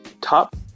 top